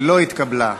לא התקבלה.